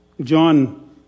John